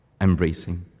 embracing